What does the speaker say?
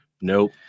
Nope